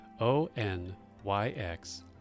o-n-y-x